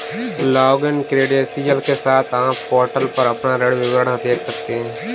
login credential के साथ, आप पोर्टल पर अपना ऋण विवरण देख सकते हैं